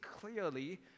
clearly